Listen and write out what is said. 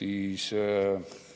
võiks